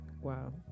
Wow